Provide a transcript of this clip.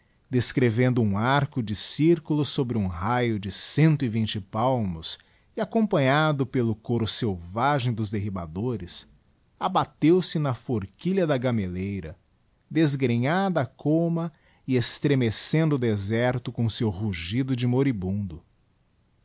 degcreiyendo um arco de circulo sobre iini raio de cento e vinte palmos e acompanhadp pelo coro selvagem jo derribadoresi abate u se na forquilha da gamelleira desgrenhada a coma e estremecendo o deserto com seu rugido de moribundo